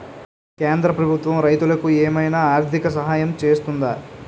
కేంద్ర ప్రభుత్వం రైతులకు ఏమైనా ఆర్థిక సాయం చేస్తుందా?